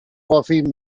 coffee